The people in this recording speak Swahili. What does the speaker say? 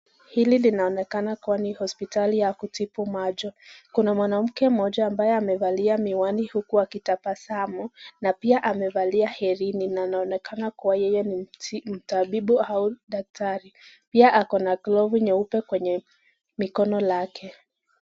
Hili linaonekana kuwa ni hosptali ya kutibu macho, kuna mwanamke mmoja ambaye amevalia miwani huku akitabasamu na pia amevalia herini na anaonekana kuwa yeye ni mtabibu au daktari, pia ako na glovu nyeupe kwenye mikono yake.